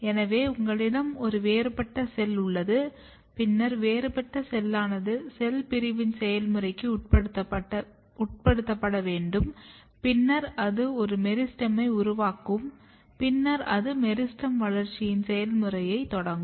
எனவே உங்களிடம் ஒரு வேறுபட்ட செல் உள்ளது பின்னர் வேறுபட்ட செல்லானது செல் பிரிவின் செயல்முறைக்கு உட்படுத்தப்பட வேண்டும் பின்னர் அது ஒரு மெரிஸ்டெமை உருவாக்கும் பின்னர் அந்த மெரிஸ்டெம் வளர்ச்சியின் செயல்முறையைத் தொடங்கும்